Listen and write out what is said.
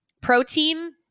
protein